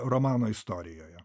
romano istorijoje